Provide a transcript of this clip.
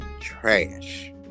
trash